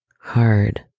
hard